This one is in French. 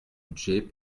budgets